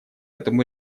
этому